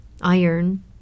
Iron